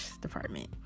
department